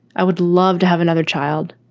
i would love to have another child.